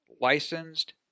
Licensed